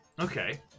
Okay